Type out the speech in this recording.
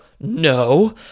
no